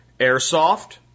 Airsoft